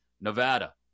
nevada